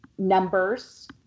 numbers